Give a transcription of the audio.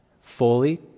fully